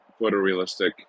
photorealistic